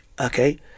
Okay